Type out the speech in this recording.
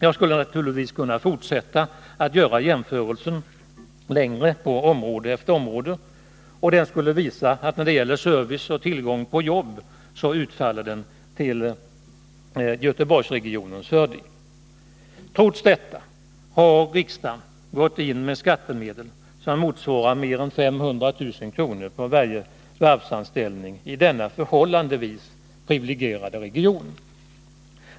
Jag skulle naturligtvis kunna fortsätta att göra jämförelser på område efter område, och jämförelserna skulle visa att när det gäller service och tillgång på jobb utfaller de till Göteborgsregionens fördel. Trots detta har riksdagen gått in med skattemedel som motsvarar mer än 500 000 kr. på varje varvsanställning i denna förhållandevis privilegierade region.